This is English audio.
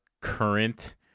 current